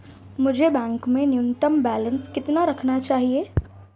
मुझे बैंक में न्यूनतम बैलेंस कितना रखना चाहिए?